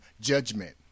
judgment